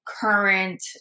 current